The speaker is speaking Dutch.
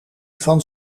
van